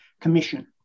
commission